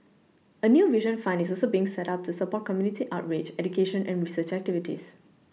a new vision fund is also being set up to support community outreach education and research activities